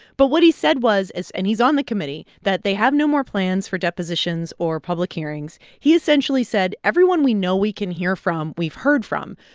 but what he said was, is and he's on the committee that they have no more plans for depositions or public hearings. he essentially said, everyone we know we can hear from, we've heard from.